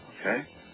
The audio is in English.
okay